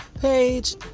page